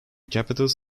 capitals